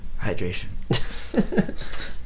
Hydration